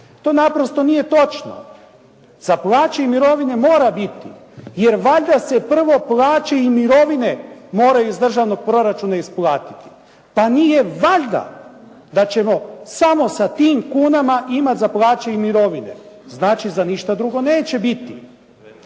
To naprosto nije točno. Za plaće i mirovine mora biti, jer valjda se prvo plaće i mirovine moraju iz državnog proračuna isplatiti. Pa nije valjda da ćemo samo sa tim kunama imati za plaće i mirovine. Znači za ništa drugo neće biti.